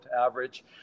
average